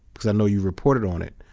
because i know you've reported on it,